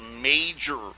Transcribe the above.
major